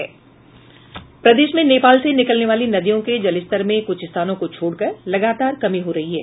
प्रदेश में नेपाल से निकलने वाली नदियों के जलस्तर में कुछ स्थानों को छोड़कर लगातार कमी हो रही है